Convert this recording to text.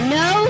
no